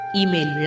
email